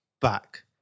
back